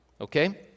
Okay